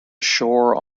ashore